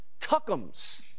Tuckums